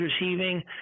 receiving